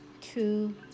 two